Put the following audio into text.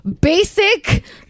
basic